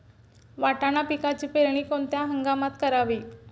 वाटाणा पिकाची पेरणी कोणत्या हंगामात करावी?